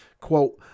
quote